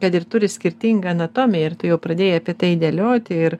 kad ir turi skirtingą anatomiją ir tu jau pradėjai apie tai dėlioti ir